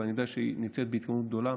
אבל אני יודע שהיא נמצאת בהתקדמות גדולה.